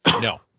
No